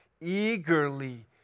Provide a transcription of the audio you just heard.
eagerly